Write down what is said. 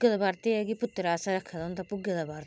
भुग्गे दा बर्त ऐ है कि पुत्तरे आस्तै रक्खे दा होंदा भुग्गे दा बर्त